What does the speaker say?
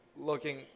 looking